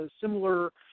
similar